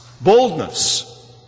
Boldness